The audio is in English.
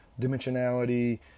dimensionality